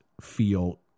feel